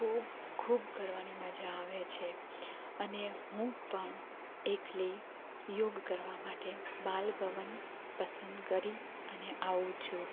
ખૂબ ખૂબ કરવાની મજા આવે છે અને હું પણ એકલી યોગ કરવા માટે બાલભવન પસંદ કરી અને આવું છું